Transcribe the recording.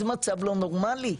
זה מצב לא נורמלי,